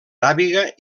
aràbiga